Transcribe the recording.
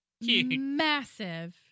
massive